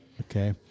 okay